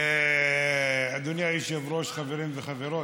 אדוני היושב-ראש, חברים וחברות,